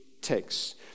takes